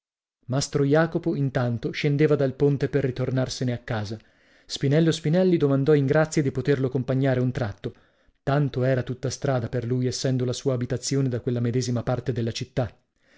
mastro jacopo intanto scendeva dal ponte per ritornarsene a casa spinello spinelli domandò in grazia di poterlo compagnare un tratto tanto era tutta strada per lui essendo la sua abitazione da quella medesima parte della città